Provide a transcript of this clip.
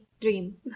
dream